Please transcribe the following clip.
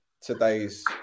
today's